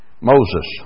Moses